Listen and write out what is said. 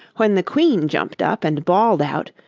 when the queen jumped up and bawled out,